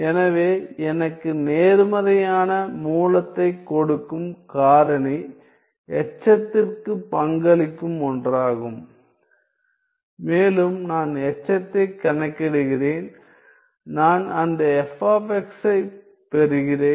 எனவே எனக்கு நேர்மறையான மூலத்தைக் கொடுக்கும் காரணி எச்சத்திற்கு பங்களிக்கும் ஒன்றாகும் மேலும் நான் எச்சத்தை கணக்கிடுகிறேன் நான் அந்த f ஐப் பெறுகிறேன்